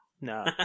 No